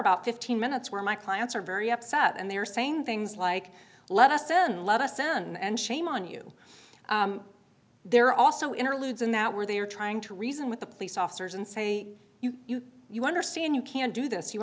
about fifteen minutes where my clients are very upset and they're saying things like let us in let us down and shame on you they're also interludes in that where they are trying to reason with the police officers and say you you you understand you can do this you